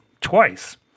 twice